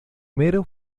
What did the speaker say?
fue